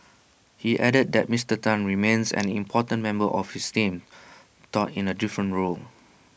he added that Mister Tan remains an important member of his team though in A different role